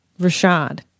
Rashad